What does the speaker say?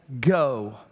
go